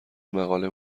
مقاله